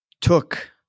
took